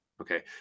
Okay